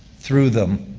through them,